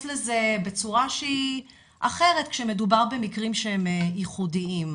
לזה בצורה שהיא אחרת כשמדובר במקרים שהם ייחודיים.